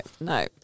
no